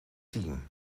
team